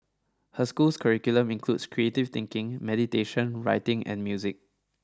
her school's curriculum includes creative thinking meditation writing and music